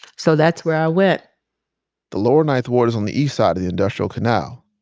so that's where i went the lower ninth ward is on the east side of the industrial canal,